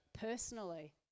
personally